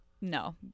no